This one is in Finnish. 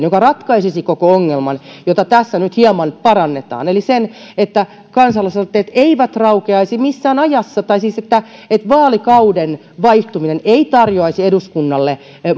joka ratkaisisi koko ongelman jota tässä nyt hieman parannetaan eli sen että kansalaisaloitteet eivät raukeaisi missään ajassa tai siis että että vaalikauden vaihtuminen ei tarjoaisi eduskunnalle